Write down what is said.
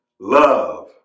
love